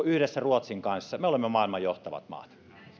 yhdessä ruotsin kanssa eläinten hyvinvointimaina maailman johtavat maat